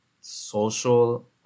social